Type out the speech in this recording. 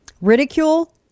ridicule